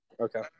Okay